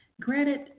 Granted